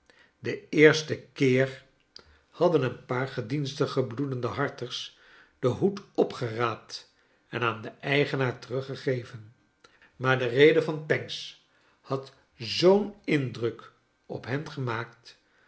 den eersten keer hadden een paar gedienstige bloedende harters den hoed opgeraapt en aan den eigenaar teruggegeven maar de rede van pancks had zoo'n indruk op hen gemaakt